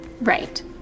Right